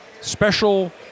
special